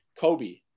Kobe